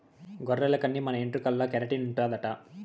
గొర్రెల కన్ని మన ఎంట్రుకల్ల కెరటిన్ ఉండాదట